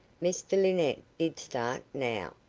mr linnett did start now,